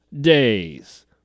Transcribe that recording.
days